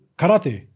karate